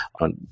on